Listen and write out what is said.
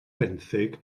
benthyg